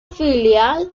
filial